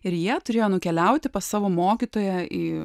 ir jie turėjo nukeliauti pas savo mokytoją į